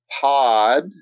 Pod